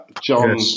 John